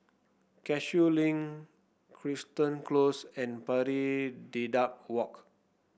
Cashew Link Crichton Close and Pari Dedap Walk